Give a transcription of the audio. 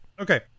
okay